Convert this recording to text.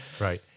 right